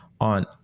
on